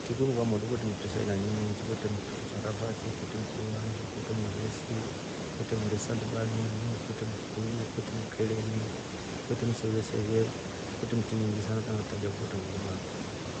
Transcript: Kunu kwamotru kwetre mti sa aina nyiinji kwetre msarafasi. kwetre mfuruvanje. kwetre mweresi. kwetre weresi sa lebanoni. kwetre mkuyu. kwetre mkereni. kwetre mseve seve. kwetre mti nyiingi sana hata ngataja ngwete ngemaafo.